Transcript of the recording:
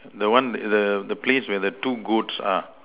the one the the place where the two goats are